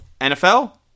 NFL